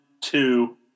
two